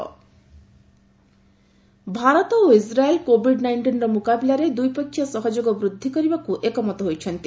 India Israel Bharat ଓ Israel covid ନାଇଷ୍ଟିନ୍ର ମୁକାବିଲାରେ ଦ୍ୱିପକ୍ଷିୟ ସହଯୋଗ ବୃଦ୍ଧି କରିବାକୁ ଏକମତ ହୋଇଛନ୍ତି